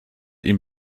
ihm